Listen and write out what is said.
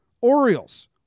Orioles